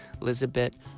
elizabeth